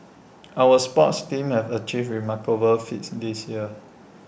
our sports teams have achieved remarkable feats this year